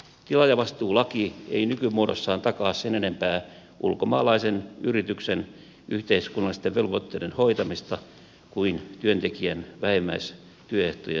tilaajavastuulaki ei nykymuodossaan takaa sen enempää ulkomaalaisen yrityksen yhteiskunnallisten velvoitteiden hoitamista kuin työntekijän vähimmäistyöehtojen toteutumista